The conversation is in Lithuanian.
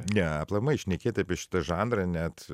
ne aplamai šnekėt apie šitą žanrą net